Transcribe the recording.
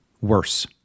Worse